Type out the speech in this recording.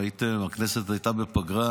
הכנסת הייתה בפגרה,